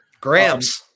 Grams